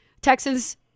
Texans